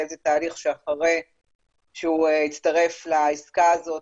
יהיה איזה תהליך שאחרי שהוא הצטרף לעסקה הזו,